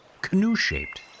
canoe-shaped